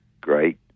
great